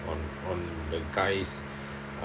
on on the guys